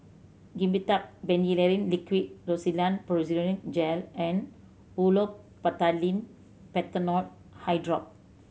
Dimetapp Phenylephrine Liquid Rosiden Piroxicam Gel and Olopatadine Patanol Eyedrop